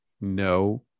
no